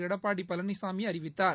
எடப்பாடி பழனிசாமி அறிவித்தார்